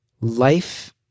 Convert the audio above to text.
Life